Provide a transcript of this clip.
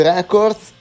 Records